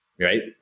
Right